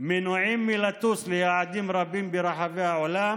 מנועים מלטוס ליעדים רבים ברחבי העולם